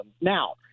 Now